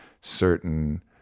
certain